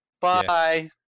Bye